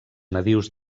nadius